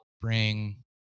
bring